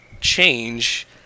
change